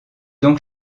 donc